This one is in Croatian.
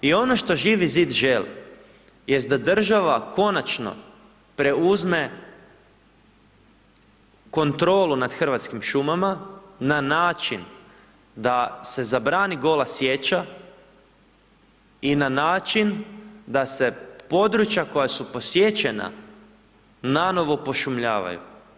I ono što Živi zid želi jest da država konačno preuzme kontrolu nad Hrvatskim šumama na način da se zabrani gola sječa i na način da se područja posječena nanovo pošumljavaju.